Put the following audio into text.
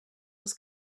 was